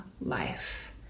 life